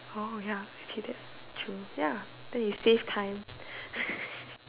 oh ya okay that's true ya then you save time